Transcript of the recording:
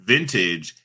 Vintage